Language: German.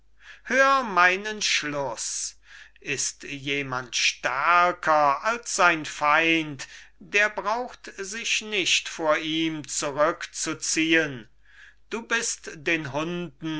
hör meinen schluß ist jemand stärker als sein feind der braucht sich nicht vor ihm zurückzuziehen du bist den hunden